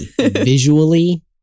Visually